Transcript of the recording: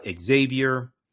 Xavier